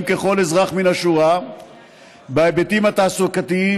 ככל אזרח מן השורה בהיבטים התעסוקתיים,